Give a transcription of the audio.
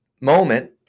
moment